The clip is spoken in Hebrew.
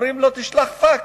אומרים לו: תשלח פקס.